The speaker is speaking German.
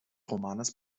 romanes